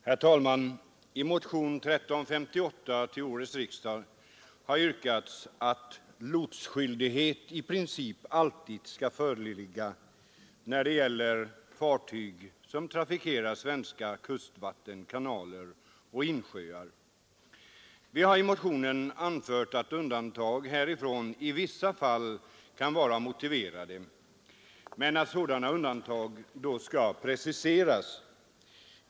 Herr talman! I motionen 1358 till årets riksdag har yrkats att lotsskyldighet i princip alltid skall föreligga för fartyg som trafikerar svenska kustvatten, kanaler och insjöar. Vi har i motionen anfört att undantag härifrån i vissa fall kan vara motiverade men att sådana undantag då skall preciseras.